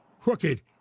Crooked